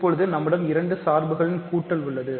இப்போது நம்மிடம் இரண்டு சார்புகளின் கூட்டல் உள்ளது